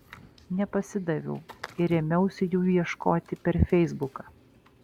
nepasidaviau ir ėmiausi jų ieškoti per feisbuką